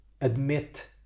admit